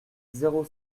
zéro